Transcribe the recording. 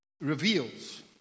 reveals